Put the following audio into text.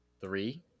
Three